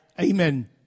amen